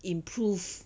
improve